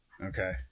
Okay